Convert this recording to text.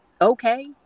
okay